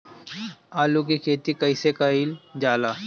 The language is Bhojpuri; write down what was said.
आलू की खेती कइसे कइल जाला?